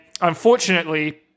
unfortunately